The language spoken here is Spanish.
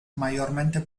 mayormente